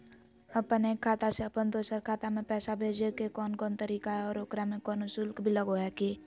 अपन एक खाता से अपन दोसर खाता में पैसा भेजे के कौन कौन तरीका है और ओकरा में कोनो शुक्ल भी लगो है की?